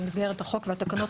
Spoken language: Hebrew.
במסגרת החוק והתקנות,